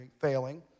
failing